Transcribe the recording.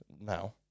now